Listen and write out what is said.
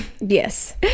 yes